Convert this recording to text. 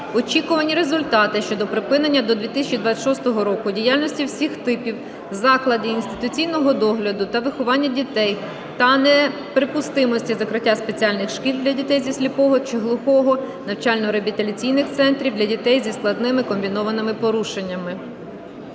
"Очікувані результати" щодо припинення до 2026 року діяльності всіх типів закладів інституційного догляду та виховання дітей та неприпустимості закриття спеціальних шкіл для дітей зі сліпотою чи глухотою, навчально-реабілітаційних центрів для дітей зі складними/комбінованими порушеннями.